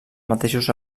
mateixos